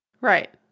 right